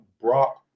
Brock